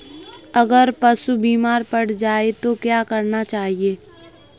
अगर पशु बीमार पड़ जाय तो क्या करना चाहिए?